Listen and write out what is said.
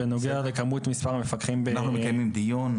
אנחנו מקיימים דיון.